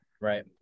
Right